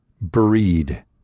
Breed